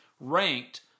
ranked